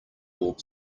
warp